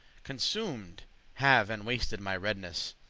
consumed have and wasted my redness.